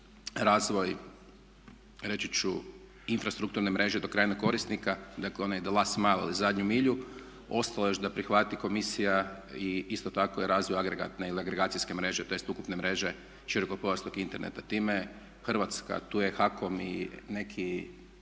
razvoj reći ću infrastrukturne mreže do krajnjeg korisnika. Dakle, onaj the last mail, zadnju milju. Ostalo je još da prihvati Komisija isto tako i razvoj agregatne ili agregacijske mreže, tj. ukupne mreže širokopojasnog interneta. Time Hrvatska, tu je HAKOM i neki